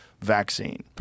vaccine